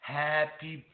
happy